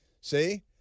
See